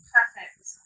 Perfect